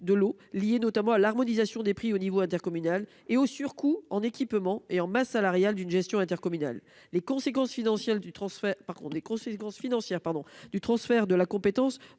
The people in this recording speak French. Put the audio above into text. de l'eau, liée notamment à l'harmonisation des prix à l'échelon intercommunal et au surcoût en équipements et en masse salariale qu'entraîne une gestion intercommunale. Les conséquences financières du transfert de la compétence